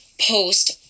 post